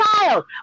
child